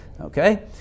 okay